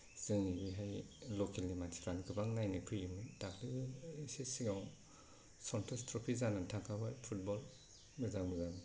जोंनि बेहाय लकेल नि मानसिफ्रा गोबां नायनो फैयोमोन दाख्लै इसे सिगाङाव सन्टष थ्रफि जानानै थांखांबाय फुटबल मोजां मोजां